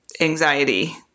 anxiety